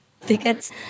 tickets